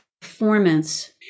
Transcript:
performance